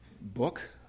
book